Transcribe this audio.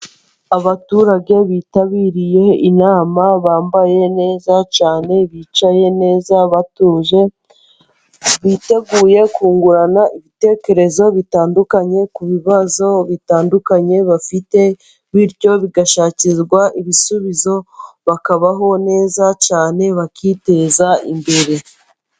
Abaturage bitabiriye inama bambaye neza cyane, bicaye neza batuje biteguye kungurana ibitekerezo bitandukanye, ku bibazo bitandukanye bafite, bityo bigashakirwa ibisubizo bakabaho neza cyane, bakiteza imbere.